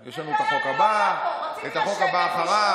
יש לנו את החוק הבא, את החוק הבא אחריו.